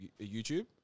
YouTube